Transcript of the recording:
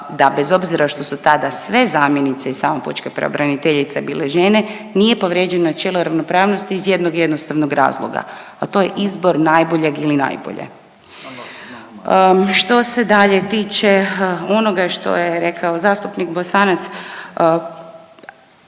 da bez obzira što su tada sve zamjenice i sama pučka pravobraniteljica bile žene nije povrijeđeno načelo ravnopravnosti iz jednog jednostavnog razloga, a to je izbor najboljeg ili najbolje. Što se dalje tiče onoga što je rekao zastupnik Bosanac,